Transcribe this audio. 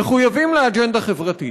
מחויבים לאג'נדה חברתית.